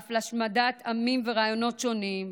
ואף להשמדת עמים ורעיונות שונים,